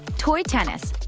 toy tennis.